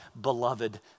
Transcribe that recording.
beloved